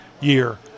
year